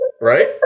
Right